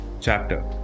chapter